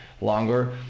longer